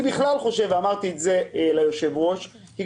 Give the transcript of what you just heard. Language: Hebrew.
כפי שאמרתי ליושב-ראש, גם